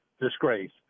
disgrace